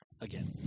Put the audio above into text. Again